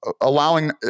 allowing